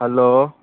hello